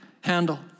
handle